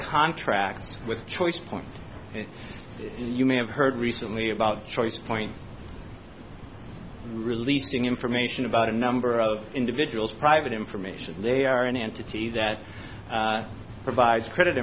contract with choice point you may have heard recently about choice point releasing information about a number of individuals private information they are an entity that provides credit